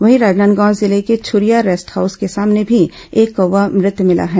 वहीं राजनांदगांव जिले के छुरिया रेस्ट हाउस के सामने भी एक कौवा मुत मिला है